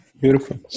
beautiful